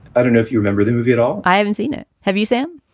i don't know if you remember the movie at all i haven't seen it. have you, sam?